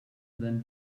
than